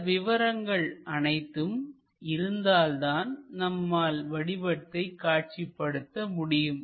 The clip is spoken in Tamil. இந்த விவரங்கள் அனைத்தும் இருந்தால் தான் நம்மால் வடிவத்தை காட்சிப்படுத்த முடியும்